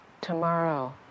tomorrow